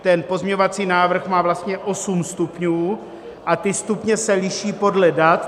Ten pozměňovací návrh má vlastně osm stupňů a ty stupně se liší podle dat.